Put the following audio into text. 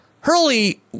Hurley